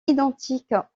identiques